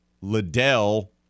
Liddell